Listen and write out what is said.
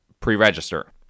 pre-register